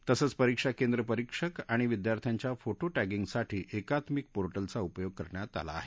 तसंच परीक्षा केंद्र परीक्षक आणि विद्यार्थ्यांच्या फोटो टँगींगसाठी एकत्मिक पोर्टलचा उपयोग करण्यात आला आहे